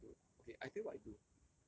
you just have to okay I tell you what I do